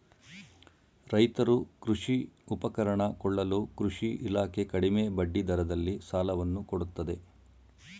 ರೈತರು ಕೃಷಿ ಉಪಕರಣ ಕೊಳ್ಳಲು ಕೃಷಿ ಇಲಾಖೆ ಕಡಿಮೆ ಬಡ್ಡಿ ದರದಲ್ಲಿ ಸಾಲವನ್ನು ಕೊಡುತ್ತದೆ